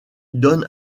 donne